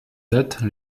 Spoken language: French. date